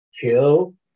kill